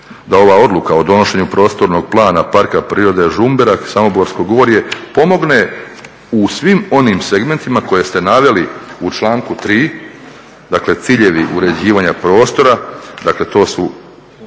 da i ova odluka o donošenju prostornog plana Parka prirode Žumberak-Samoborsko gorje pomogne u svim onim segmentima koje ste naveli u članku 3., dakle ciljevi uređivanja prostora. Dakle, to su